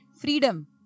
Freedom